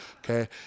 Okay